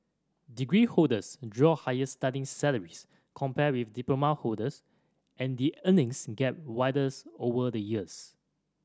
degree holders draw higher starting salaries compared with diploma holders and the earnings gap widens over the years